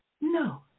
No